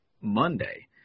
Monday